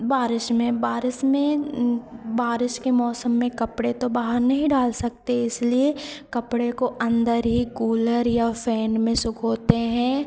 बारिश में बारिश में बारिश के मौसम में कपड़े तो बाहर नहीं डाल सकते इसलिए कपड़े को अन्दर ही कूलर या फै़न में सुखाते हैं